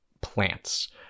plants